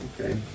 Okay